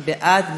מי בעד?